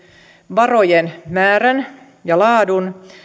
varojen määrän ja laadun